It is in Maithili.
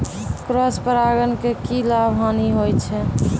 क्रॉस परागण के की लाभ, हानि होय छै?